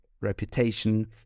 reputation